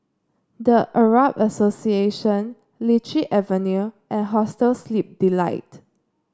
The Arab Association Lichi Avenue and Hostel Sleep Delight